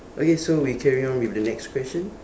okay so we carry on with the next question